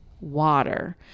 water